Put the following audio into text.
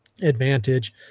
advantage